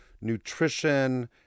nutrition